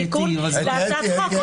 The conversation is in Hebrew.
תיקון להצעת חוק.